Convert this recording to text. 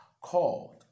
called